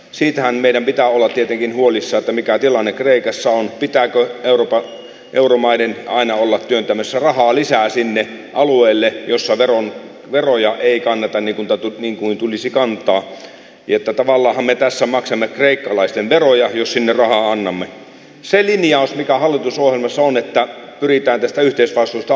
siitä on meidän pitää olla tietenkin huolissaan mikä tilanne kreikassa on pitääkö euroopalle euromaiden aina olla pyytämässä rahaa lisää sinne alueelle jossa veron veroja ei kannata niputa niin kuin tulisi kantaa jota tavallahan meitä sen maksamme kreikkalaisten veroja jos sinne taonnan selin ja vika hallitusohjelmassa on että yritän tästä yhteisvastuuta